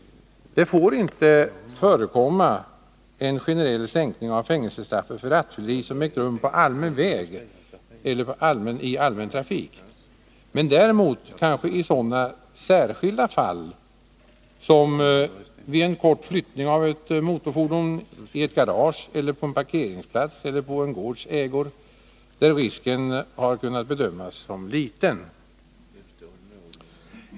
Det får inte förekomma en generell sänkning av fängelsestraffet för rattfylleri som ägt rum på allmän väg eller i allmän trafik. Däremot kan man kanske tänka sig detta i sådana särskilda fall som vid en kort flyttning av ett motorfordon i ett garage eller på en parkeringsplats eller på en gårds ägor, där risken kunnat bedömas som liten.